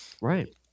Right